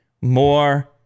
more